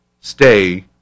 stay